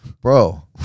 Bro